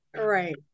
Right